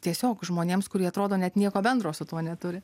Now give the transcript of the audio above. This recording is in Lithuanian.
tiesiog žmonėms kurie atrodo net nieko bendro su tuo neturi